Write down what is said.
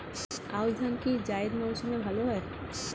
আউশ ধান কি জায়িদ মরসুমে ভালো হয়?